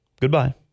Goodbye